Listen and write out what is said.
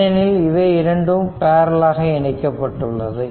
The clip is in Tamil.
ஏனெனில் இவை இரண்டும் பேரல்லெல் ஆக இணைக்கப்பட்டுள்ளது